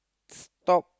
stop